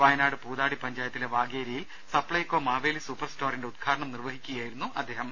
വയനാട് പൂതാടി പഞ്ചായത്തിലെ വാകേരിയിൽ സപ്ലൈകോ മാവേലി സൂപ്പർ സ്റ്റോറിന്റെ ഉദ്ഘാടനം നിർവ്വഹിക്കുക യായിരുന്നു അദ്ദേഹം